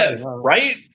Right